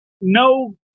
No